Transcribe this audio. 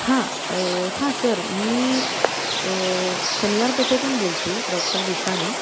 हां हां सर मी शनिवारपेठेतून बोलते आहे डॉक्टर दुसाने